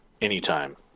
anytime